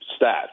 stats